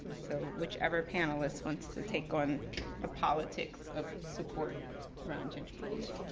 so whichever panelist wants to take on the politics of support around gentrification.